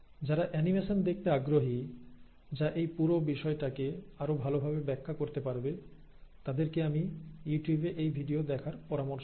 যারা অ্যানিমেশন দেখতে আগ্রহী যা এই পুরো বিষয়টিকে আরো ভালভাবে ব্যাখ্যা করতে পারবে তাদেরকে আমি ইউটিউবে এই ভিডিও দেখার পরামর্শ দেব